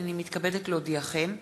הנני מתכבדת להודיעכם,